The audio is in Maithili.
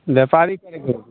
व्यापारी करयके रूपमे